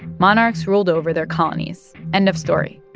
monarchs ruled over their colonies, end of story.